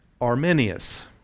Arminius